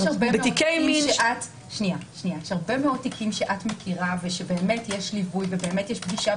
יש הרבה מאוד תיקים שאת מכירה ושיש ליווי ופגישה,